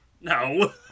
No